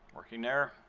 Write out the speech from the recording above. working there.